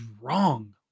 wrong